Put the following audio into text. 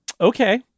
Okay